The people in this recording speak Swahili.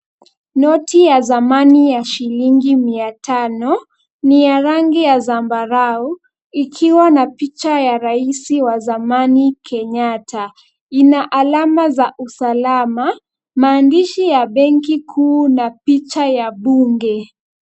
Noti ya zamani ya shilingi mia tano, ni ya rangi ya zambarau ikiwa na picha ya rais wa zamani Kenyatta. Ina alama za usalama. Maandishi ya benki kuu na picha ya bunge.